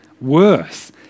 Worse